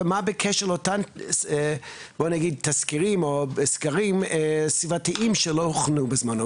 ומה בקשר לאותם סקרים סביבתיים שלא הוכנו בזמנו?